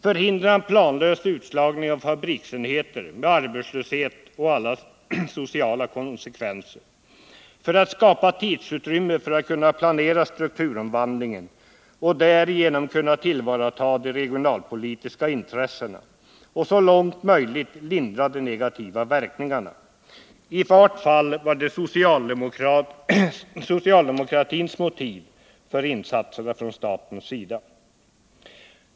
förhindra en planlös utslagning av fabriksenheter med arbetslöshet och sociala problem som följd, att skapa tidsutrymme för att kunna planera strukturomvandlingen och därigenom kunna tillvarata de regionalpolitiska intressena och så långt möjligt lindra de negativa verkningarna. I varje fall var det socialdemokratins motiv för insatserna från statens sida.